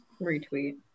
Retweet